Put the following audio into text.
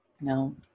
No